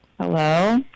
Hello